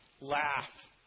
laugh